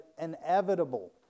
inevitable